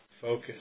focus